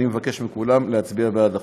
אני מבקש מכולם להצביע בעד החוק.